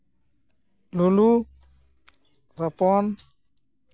ᱞᱩᱞᱩ ᱥᱚᱯᱚᱱ